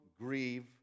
grieve